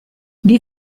die